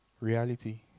Reality